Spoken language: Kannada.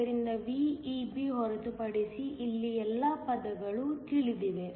ಆದ್ದರಿಂದ VEB ಹೊರತುಪಡಿಸಿ ಇಲ್ಲಿ ಎಲ್ಲಾ ಪದಗಳು ತಿಳಿದಿವೆ